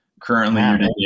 Currently